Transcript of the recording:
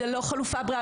זו לא חלופה בריאה,